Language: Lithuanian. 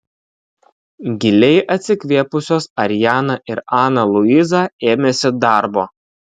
giliai atsikvėpusios ariana ir ana luiza ėmėsi darbo